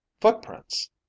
footprints